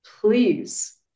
please